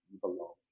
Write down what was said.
belong